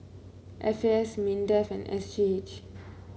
F A S Mindefand S J H